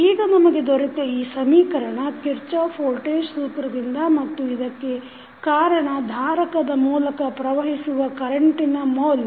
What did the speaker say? ಈಗ ನಮಗೆ ದೊರೆತ ಈ ಸಮೀಕರಣ ಕಿರ್ಚಾಫ್ ವೋಲ್ಟೇಜ್ ಸೂತ್ರದಿಂದ ಮತ್ತು ಇದಕ್ಕೆ ಕಾರಣ ಧಾರಕದ ಮೂಲಕ ಪ್ರವಹಿಸುವ ಕರೆಂಟಿನ ಮೌಲ್ಯ